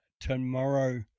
tomorrow